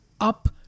up